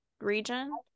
region